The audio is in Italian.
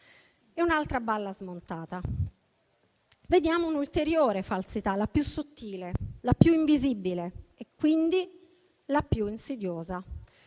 E un'altra balla è stata smontata. Vediamo un'ulteriore falsità, la più sottile, la più invisibile e quindi la più insidiosa.